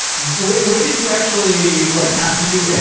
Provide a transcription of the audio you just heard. when when did you actually like have to do it,